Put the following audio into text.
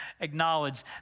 acknowledge